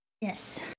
Yes